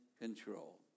control